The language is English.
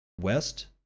West